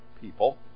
people